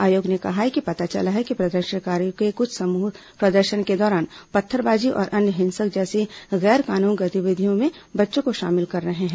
आयोग ने कहा है कि पता चला है कि प्रदर्शनकारियों के कुछ समूह प्रदर्शन के दौरान पत्थरबाजी और अन्य हिंसक जैसी गैर कानूनी गतिविधियों में बच्चों को शामिल कर रहे हैं